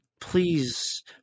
please